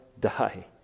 die